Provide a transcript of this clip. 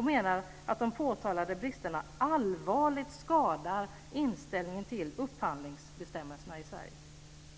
Man anser att de påtalade bristerna allvarligt skadar inställningen till upphandlingsbestämmelserna i Sverige.